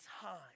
time